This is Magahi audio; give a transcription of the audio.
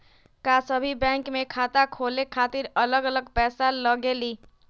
का सभी बैंक में खाता खोले खातीर अलग अलग पैसा लगेलि?